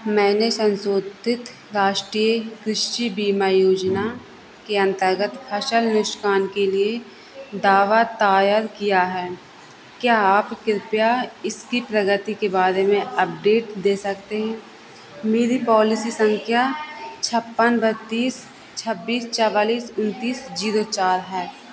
मैंने संशोधित राष्टीय कृषि बीमा योजना के अंतर्गत फसल नुकसान के लिए दावा दायर किया है क्या आप कृपया इसकी प्रगति के बारे में अपडेट दे सकते हैं मेरी पॉलिसी संख्या छप्पन बत्तीस छब्बीस चौवालिस उनतीस जीरो चार है